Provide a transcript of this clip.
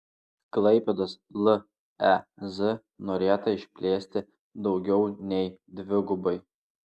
klaipėdos lez norėta išplėsti daugiau nei dvigubai